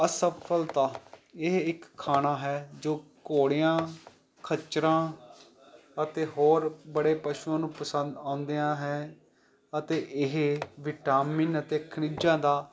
ਅਸਫਲਤਾ ਇਹ ਇੱਕ ਖਾਣਾ ਹੈ ਜੋ ਘੋੜਿਆਂ ਖੱਚਰਾਂ ਅਤੇ ਹੋਰ ਬੜੇ ਪਸ਼ੂਆਂ ਨੂੰ ਪਸੰਦ ਆਉਂਦਿਆਂ ਹੈ ਅਤੇ ਇਹ ਵਿਟਾਮਿਨ ਅਤੇ ਖਣਿਜਾਂ ਦਾ